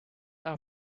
are